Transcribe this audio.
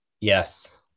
yes